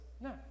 no